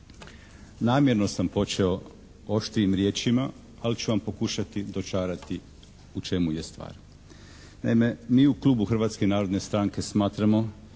Namjerno sam počeo oštrijim riječima, ali ću vam pokušati dočarati u čemu je stvar. Naime, mi u klubu Hrvatske narodne stranke smatramo